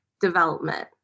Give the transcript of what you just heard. development